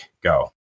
Go